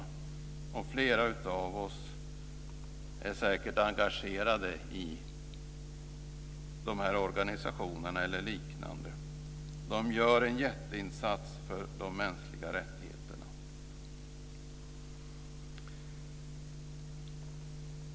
Flera av oss är säkert engagerade i dessa organisationer. De gör en jätteinsats för de mänskliga rättigheterna.